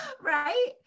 Right